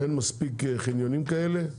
אין מספיק חניונים כאלה,